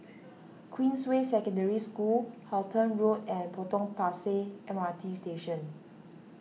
Queensway Secondary School Halton Road and Potong Pasir M R T Station